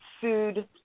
food